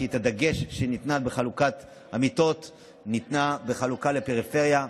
כי הדגש שניתן בחלוקת המיטות היה על חלוקה לפריפריה.